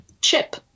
chip